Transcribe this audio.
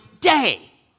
day